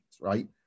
right